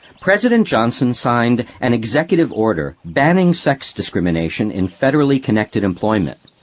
president johnson signed an executive order banning sex discrimination in federally connected employment,